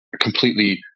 completely